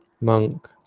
monk